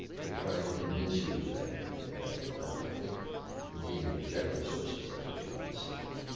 trying to convince you that you can make up your mind. i think you need the objective sources. that's what you need to seek out.